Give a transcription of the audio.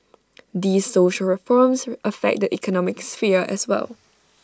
these social reforms affect the economic sphere as well